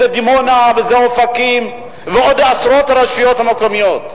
זה דימונה וזה אופקים ועוד עשרות רשויות מקומיות.